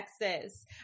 Texas